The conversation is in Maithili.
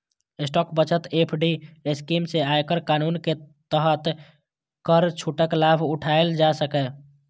टैक्स बचत एफ.डी स्कीम सं आयकर कानून के तहत कर छूटक लाभ उठाएल जा सकैए